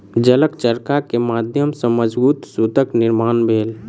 जलक चरखा के माध्यम सॅ मजबूत सूतक निर्माण भेल